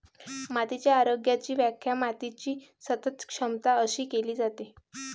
मातीच्या आरोग्याची व्याख्या मातीची सतत क्षमता अशी केली जाते